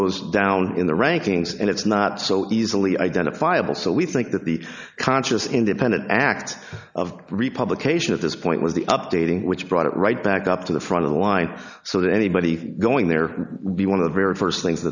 goes down in the rankings and it's not so easily identifiable so we think that the conscious independent act of republication at this point was the updating which brought it right back up to the front of the line so that anybody going there would be one of the very first things